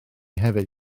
hefyd